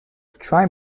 try